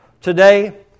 Today